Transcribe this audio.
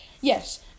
Yes